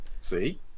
see